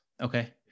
okay